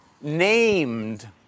named